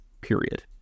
period